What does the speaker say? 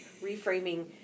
reframing